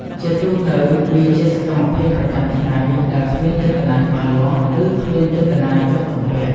ជាទូទៅ វាជាសកម្មភាពប្រចាំថ្ងៃដែលគ្មានចេតនាច្បាស់លាស់ ឬគ្មានចេតនាជាប់ជំពាក់។